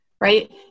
right